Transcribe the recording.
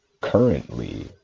currently